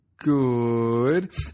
good